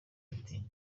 ati